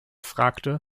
fragte